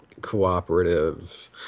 cooperative